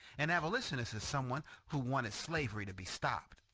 an abolitionist is someone who wanted slavery to be stopped,